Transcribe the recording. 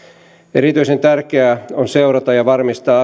erityisen tärkeää on seurata ja varmistaa